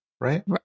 right